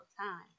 time